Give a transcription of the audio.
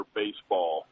baseball